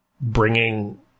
bringing